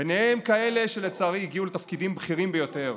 ובהם כאלה שלצערי הגיעו לתפקידים בכירים ביותר,